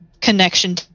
connection